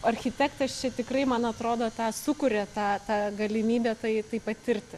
architektas čia tikrai man atrodo tą sukuria tą tą galimybę tai tai patirti